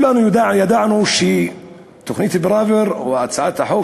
וכולנו ידענו שתוכנית פראוור או הצעת החוק